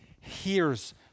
hears